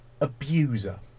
Abuser